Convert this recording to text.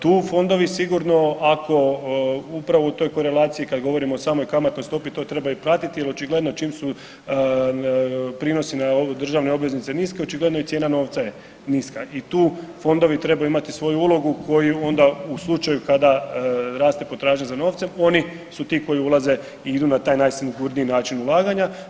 Tu fondovi sigurno, ako upravo u toj korelaciji, kad govorimo o samoj kamatnoj stopi, to treba i pratiti jer očigledno, čim su prinosi na državne obveznice niske, očigledno i cijena novca je niska i tu fondovi trebaju imati svoju ulogu koju onda, u slučaju kada raste potražnja za novcem, oni su ti koji ulaze i idu na taj najsigurniji način ulaganja.